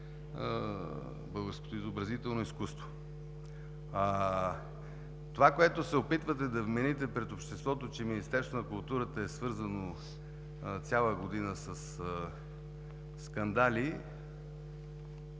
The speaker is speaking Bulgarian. българското изобразително изкуство. Това, което се опитвате да вмените пред обществото, че Министерство на културата е свързано цяла година със скандали,